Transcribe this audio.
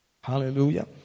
Hallelujah